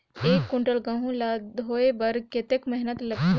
एक कुंटल गहूं ला ढोए बर कतेक मेहनत लगथे?